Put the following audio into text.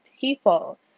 people